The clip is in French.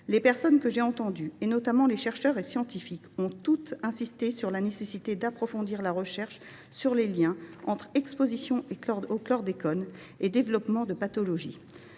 Les personnes que j’ai entendues, notamment les chercheurs et scientifiques, ont toutes insisté sur la nécessité d’approfondir la recherche sur les liens entre exposition au chlordécone et développement de pathologies.